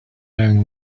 wearing